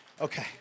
Okay